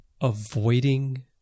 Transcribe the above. avoiding